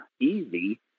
easy